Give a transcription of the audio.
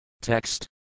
Text